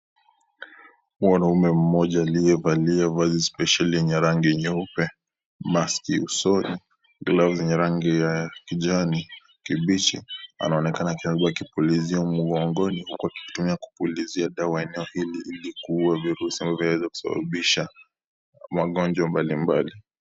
Mwanaume mmoja aliyevalia vazi spesheli lenye rangi nyeupe maski usoni glovu zenye rangi ya kijani kibichi anaonekana akipuliza mgongoni akitumia kupuliza ili kuzuia kuweza kusababisha magonjwa mbalimbali